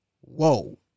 Whoa